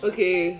Okay